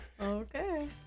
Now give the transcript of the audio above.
Okay